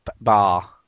bar